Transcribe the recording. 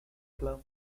plum